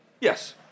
Yes